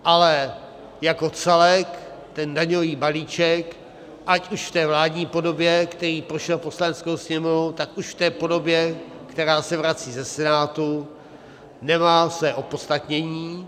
Ale jako celek ten daňový balíček, ať už v té vládní podobě, který prošel Poslaneckou sněmovnou, tak už v té podobě, která se vrací ze Senátu, nemá své opodstatnění.